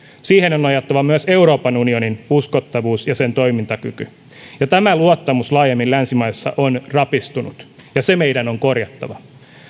siihen on nojattava myös euroopan unionin uskottavuuden ja sen toimintakyvyn tämä luottamus on laajemmin länsimaissa rapistunut ja se meidän on korjattava